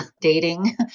dating